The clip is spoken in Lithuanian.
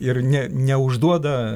ir ne neužduoda